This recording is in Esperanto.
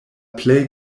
plej